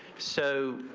so